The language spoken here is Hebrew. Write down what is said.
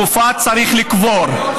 גופה צריך לקבור.